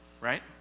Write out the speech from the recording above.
right